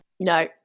No